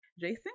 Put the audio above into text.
Jason